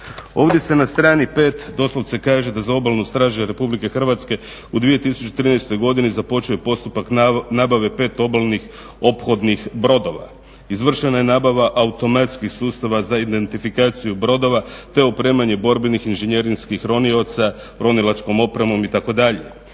Ovdje se na strani 5 doslovce kaže da za obalnu stražu Republike Hrvatske u 2013. godini započeo je postupak nabave pet obalnih ophodnih brodova, izvršena je nabava automatskih sustava za identifikaciju brodova te opremanje borbenih inženjerijskih ronioca ronilačkom opremom itd.